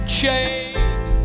change